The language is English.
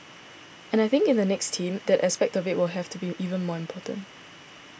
and I think in the next team that aspect of it will have to be even more important